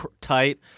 tight